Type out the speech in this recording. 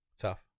tough